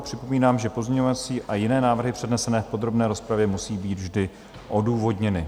Připomínám, že pozměňovací a jiné návrhy přednesené v podrobné rozpravě musí být vždy odůvodněny.